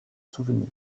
souvenir